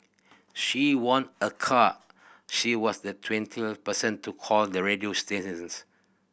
she won a car she was the person to call the radio stations